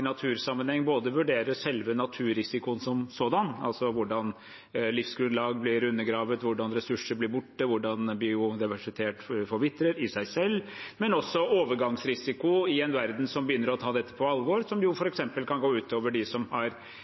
natursammenheng både selve naturrisikoen som sådan, altså hvordan livsgrunnlag blir undergravd, hvordan ressurser blir borte, hvordan biodiversitet forvitrer i seg selv, og også overgangsrisiko i en verden som begynner å ta dette på alvor, og som f.eks. kan gå ut over dem som